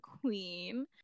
queen